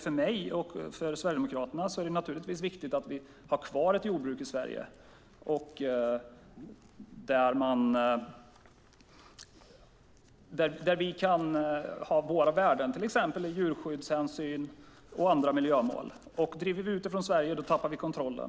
För mig och Sverigedemokraterna är det naturligtvis viktigt att vi har kvar ett jordbruk i Sverige där vi kan ha våra värden, med till exempel djurskyddshänsyn och andra miljömål. Driver vi ut jordbruket från Sverige tappar vi kontrollen.